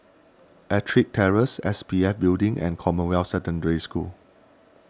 Ettrick Terrace S P F Building and Commonwealth Secondary School